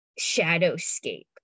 shadowscape